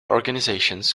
organizations